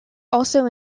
also